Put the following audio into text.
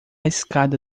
escada